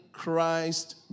Christ